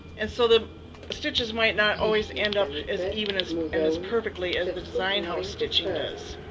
and so the stitches might not always end up as even as and as perfectly as the design house stitching does,